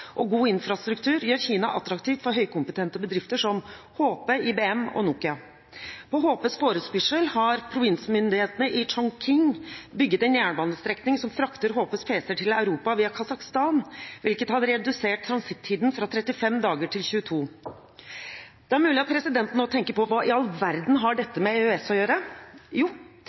og god infrastruktur gjør Kina attraktivt for høykompetente bedrifter som HP, IBM og Nokia. På HPs forespørsel har provinsmyndighetene i Chongqing bygget en jernbanestrekning som frakter HPs pc-er til Europa via Kasakhstan, hvilket har redusert transittiden fra 35 til 22 dager. Det er mulig at presidenten nå tenker: Hva i all verden har